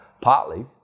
Partly